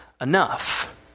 enough